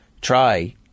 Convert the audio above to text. try